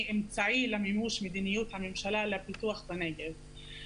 אמצעי למימוש מדיניות הממשלה לפיתוח בנגב.